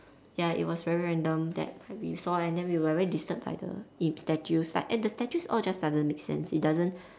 ya it was very random that we saw and then we were very disturbed by the it statues like and the statues all just doesn't make sense it doesn't